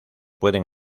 pueden